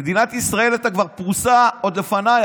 מדינת ישראל הייתה כבר פרוסה עוד לפניי,